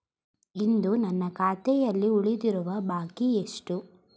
ಇಂದು ನನ್ನ ಖಾತೆಯಲ್ಲಿ ಉಳಿದಿರುವ ಬಾಕಿ ಎಷ್ಟು?